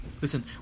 Listen